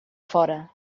fora